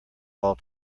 all